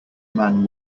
man